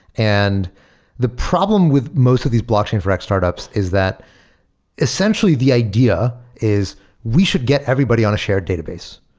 and the problem with most of these blockchain for x startups is that essentially the idea is we should get everybody on a shared database.